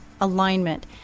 alignment